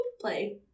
play